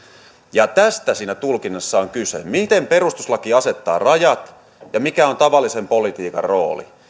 ja tästä siinä tulkinnassa on kyse miten perustuslaki asettaa rajat ja mikä on tavallisen politiikan rooli